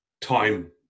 time